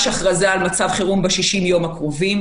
הכרזה על מצב חירום ב-60 יום הקרובים.